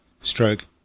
Stroke